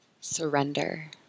surrender